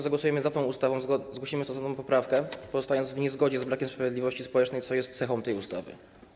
Zagłosujemy za tą ustawą, ale zgłosimy stosowną poprawkę, pozostając przy niezgodzie na brak sprawiedliwości społecznej, co jest cechą tej ustawy.